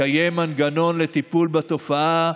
לקיים מנגנון לטיפול בתופעה.